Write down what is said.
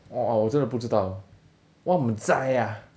orh ah 我真的不知道